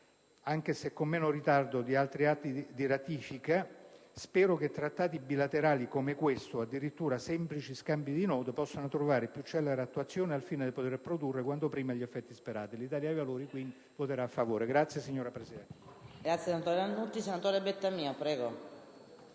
agito con meno ritardo rispetto ad altri atti di ratifica, mi auguro che trattati bilaterali come questo, o addirittura semplici Scambi di Note, possano trovare più celere attuazione al fine di poter produrre quanto prima gli effetti sperati. L'Italia dei Valori, quindi, voterà a favore.